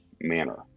manner